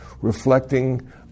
reflecting